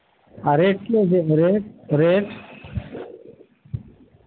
আর rate কী আছে rate rate